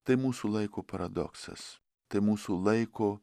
tai mūsų laiko paradoksas tai mūsų laiko